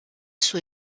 suo